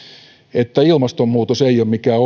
että ilmastonmuutos ei ole mikään